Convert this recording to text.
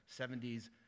70s